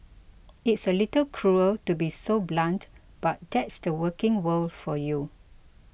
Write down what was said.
it's a little cruel to be so blunt but that's the working world for you